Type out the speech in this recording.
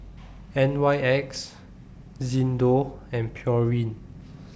N Y X Xndo and Pureen